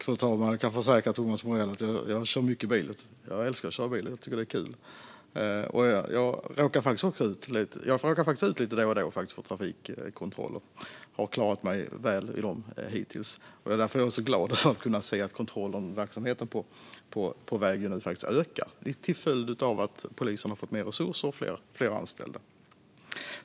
Fru talman! Jag kan försäkra Thomas Morell att jag kör mycket bil. Jag älskar att köra bil och tycker att det är kul. Jag råkar faktiskt ut för trafikkontroller lite då och då och har klarat mig väl i dem hittills, och jag är glad att se att kontrollverksamheten på vägen nu faktiskt ökar till följd av att polisen har fått mer resurser och fler anställda.